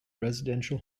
residential